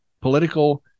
political